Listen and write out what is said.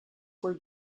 were